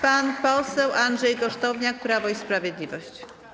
Pan poseł Andrzej Kosztowniak, Prawo i Sprawiedliwość.